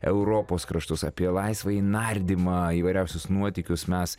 europos kraštus apie laisvąjį nardymą įvairiausius nuotykius mes